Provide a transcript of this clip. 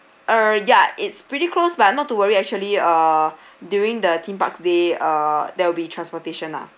uh ya it's pretty close but not to worry actually uh during the theme park they uh there will be transportation lah